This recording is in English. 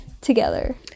together